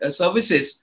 services